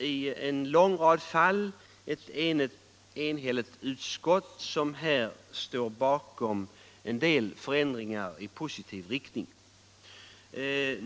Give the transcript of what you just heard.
I en lång rad fall står ett enigt utskott bakom en del förändringar i positiv riktning.